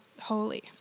holy